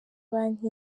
banki